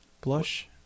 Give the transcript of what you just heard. Blush